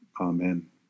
Amen